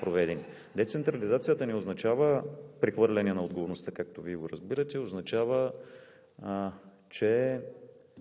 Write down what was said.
проведени. Децентрализацията не означава прехвърляне на отговорността, както Вие го разбирате, а означава, че